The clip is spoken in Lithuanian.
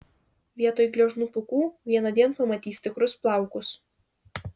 vietoj gležnų pūkų vienądien pamatys tikrus plaukus